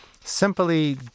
Simply